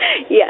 Yes